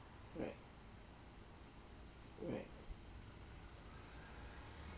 right right